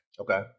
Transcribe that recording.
Okay